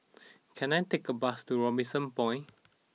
can I take a bus to Robinson Point